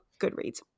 Goodreads